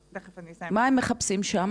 תכף אני אסיים --- מה הם מחפשים שם?